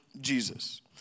Jesus